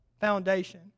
foundation